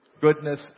goodness